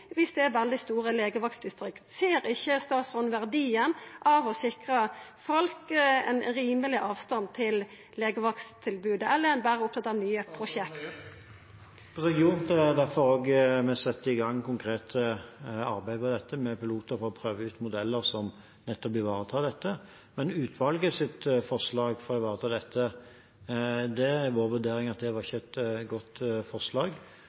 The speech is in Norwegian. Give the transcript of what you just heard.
viss det er veldig store legevaktdistrikt? Ser ikkje statsråden verdien av å sikra folk ein rimeleg avstand til legevakttilbodet, eller er han berre opptatt av ... Jo, det er også derfor vi setter i gang det konkrete arbeidet med piloter for å prøve ut modeller som nettopp ivaretar dette. Men utvalgets forslag for å ivareta dette var etter vår vurdering ikke et godt forslag,